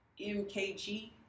MKG